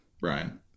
Brian